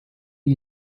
you